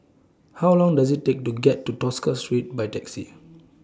How Long Does IT Take to get to Tosca Street By Taxi